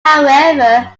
however